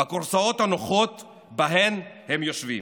בכורסאות הנוחות שבהן הם יושבים.